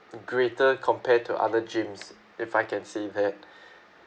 greater compared to other gyms if I can say that